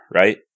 right